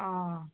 অঁ